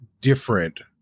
different